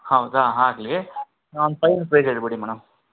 ಹೌದಾ ಆಗಲಿ ಒಂದು ಫೈನಲ್ ಪ್ರೈಜ್ ಹೇಳಿಬಿಡಿ ಮೇಡಮ್